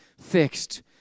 fixed